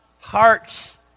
hearts